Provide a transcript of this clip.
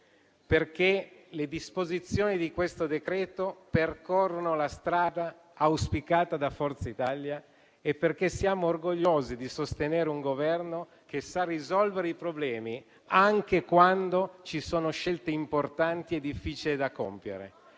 perché le disposizioni del decreto-legge in esame percorrono la strada auspicata da Forza Italia e perché siamo orgogliosi di sostenere un Governo che sa risolvere i problemi, anche quando ci sono scelte importanti e difficili da compiere,